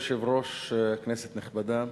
אדוני היושב-ראש, כנסת נכבדה,